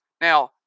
Now